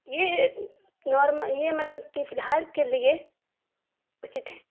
یہ نارمل یہ مطلب کہ فی الحال کے لیے اچت ہے